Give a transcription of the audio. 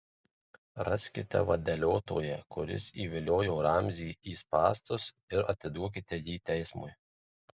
raskite vadeliotoją kuris įviliojo ramzį į spąstus ir atiduokite jį teismui